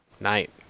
night